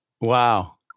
Wow